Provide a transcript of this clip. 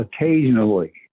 occasionally